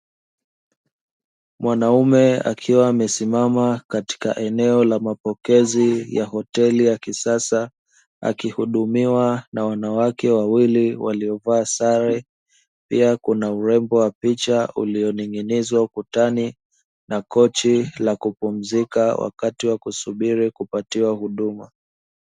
Mwanaume akiwa amesimama katika eneo la mapokezi ya hoteli ya kisasa, akihudumiwa na wanawake wawili waliovaa sare; pia kuna urembo wa picha ulioning'inizwa ukutani na kochi la kupumzika wakati wa kusubiri kupatiwa huduma.